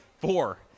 Four